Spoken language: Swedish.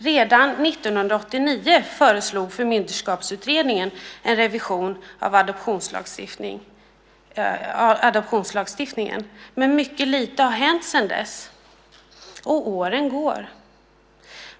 Redan 1989 föreslog Förmynderskapsutredningen en revision av adoptionslagstiftningen, men mycket lite har hänt sedan dess. Och åren går.